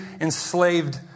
enslaved